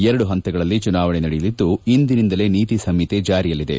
ಎರಡು ಹಂತಗಳಲ್ಲಿ ಚುನಾವಣೆ ನಡೆಯಲಿದ್ದು ಇಂದಿನಿಂದಲೇ ನೀತಿಸಂಹಿತೆ ಜಾರಿಯಲ್ಲಿದೆ